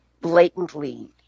blatantly